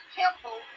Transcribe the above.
temple